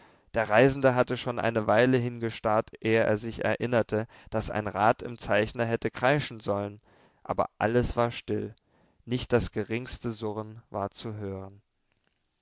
der reisende hatte schon eine weile hingestarrt ehe er sich erinnerte daß ein rad im zeichner hätte kreischen sollen aber alles war still nicht das geringste surren war zu hören